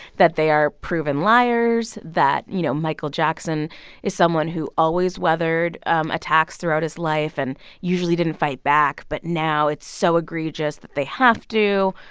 that they are proven liars, that, you know, michael jackson is someone who always weathered um attacks throughout his life and usually didn't fight back. but now it's so egregious that they have to.